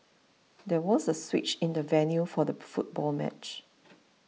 there was a switch in the venue for the football match